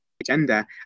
agenda